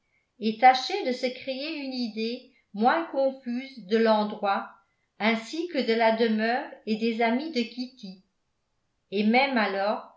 eriécreek et tâchait de se créer une idée moins confuse de l'endroit ainsi que de la demeure et des amis de kitty et même alors